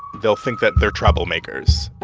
they'll think that they're troublemakers